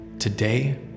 today